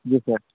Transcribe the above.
जी sir